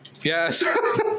Yes